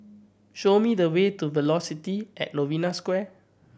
show me the way to Velocity at Novena Square